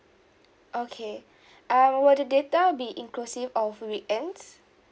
okay err will the data be inclusive of weekends